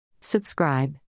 Subscribe